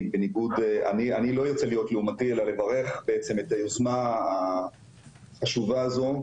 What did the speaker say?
אני לא יוצא להיות לעומתי אלא לברך בעצם את היוזמה החשובה הזו.